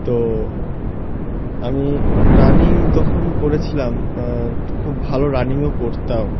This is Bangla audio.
তো আমি রানিং তখন করেছিলাম খুব ভালো রানিংও করতাম